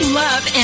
love